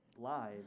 live